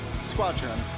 Squadron